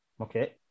okay